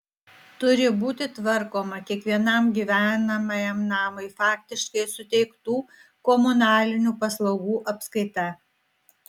turi būti tvarkoma kiekvienam gyvenamajam namui faktiškai suteiktų komunalinių paslaugų apskaita